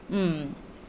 mm